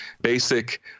basic